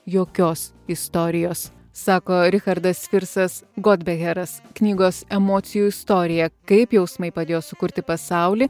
jokios istorijos sako richardas firsas godbeheras knygos emocijų istorija kaip jausmai padėjo sukurti pasaulį